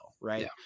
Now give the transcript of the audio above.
right